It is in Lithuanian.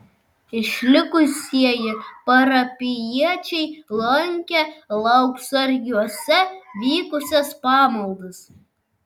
išlikusieji parapijiečiai lankė lauksargiuose vykusias pamaldas